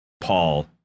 Paul